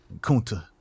Kunta